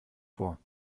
vor